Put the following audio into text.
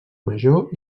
major